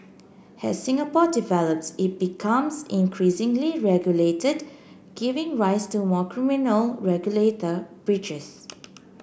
as Singapore develops it becomes increasingly regulated giving rise to more criminal regulator breaches